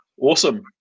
Awesome